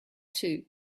too